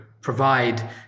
provide